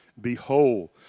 Behold